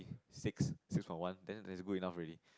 six six point one then that's good enough already